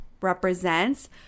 represents